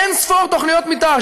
אין-ספור תוכניות מתאר,